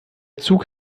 zug